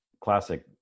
classic